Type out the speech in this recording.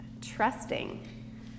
trusting